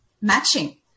matching